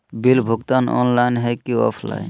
Bill भुगतान online है की ऑफलाइन?